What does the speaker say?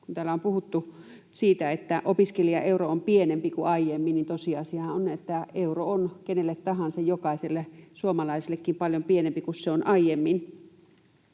kun täällä on puhuttu siitä, että opiskelijan euro on pienempi kuin aiemmin, niin tosiasiahan on, että euro on kenelle tahansa, jokaiselle suomalaisellekin, paljon pienempi kuin se on aiemmin